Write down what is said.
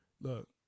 Look